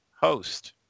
host